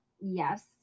yes